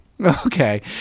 Okay